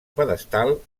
pedestal